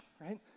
right